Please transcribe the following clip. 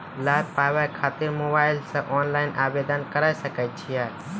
लाभ पाबय खातिर मोबाइल से ऑनलाइन आवेदन करें सकय छियै?